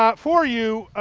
um for you,